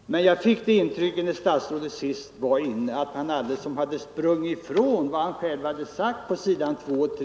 Men jag fick det intrycket av statsrådets senaste anförande att han sprungit ifrån vad han själv hade sagt i sitt svar.